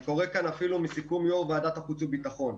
אני קורא עכשיו מסיכום יו"ר ועדת החוץ והביטחון: